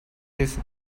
his